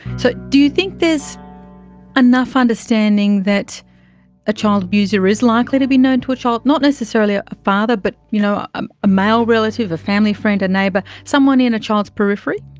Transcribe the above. so do you think there's enough understanding that a child abuser is likely to be known to a child? not necessarily a a father but you know a a male relative, a family friend, a neighbour, someone in a child's periphery?